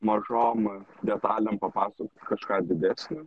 mažom detalėm papasakot kažką didesnio